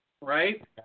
right